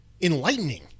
enlightening